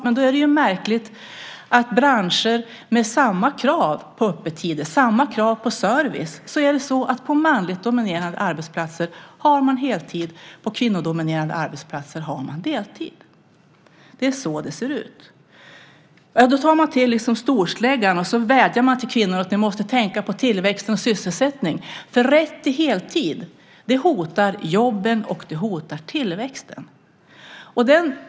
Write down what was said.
Det är ju märkligt att i branscher med samma krav på öppettider och service har man heltid på manligt dominerade arbetsplatser och på kvinnodominerade arbetsplatser har man deltid. Det är så det ser ut. Då tar man till storsläggan och vädjar till kvinnor: Ni måste tänka på tillväxt och sysselsättning eftersom rätt till heltid hotar jobben och tillväxten.